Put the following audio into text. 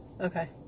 Okay